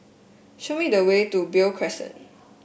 show me the way to Beo Crescent